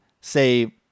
say